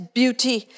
beauty